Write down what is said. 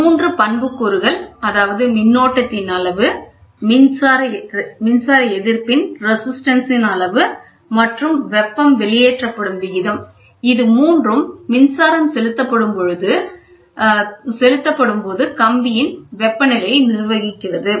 மூன்று பண்புக்கூறுகள் அதாவது மின்னோட்டத்தின் அளவு மின்சாரம் எதிர்ப்பின் அளவு மற்றும் வெப்பம் வெளியேற்றப்படும் விகிதம் இது மூன்றும் மின்சாரம் செலுத்தப்படும் பொழுது செலுத்தப்படும்போது கம்பியின் வெப்பநிலையை நிர்வகிக்கிறது